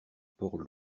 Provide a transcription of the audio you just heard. port